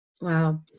Wow